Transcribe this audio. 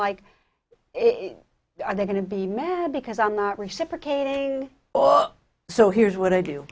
like are they going to be mad because i'm not reciprocating so here's what i do